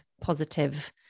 positive